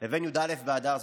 לבין י"א באדר.